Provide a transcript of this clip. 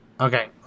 okay